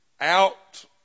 out